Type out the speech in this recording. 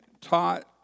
taught